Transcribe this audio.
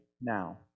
now